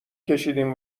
کشیدیم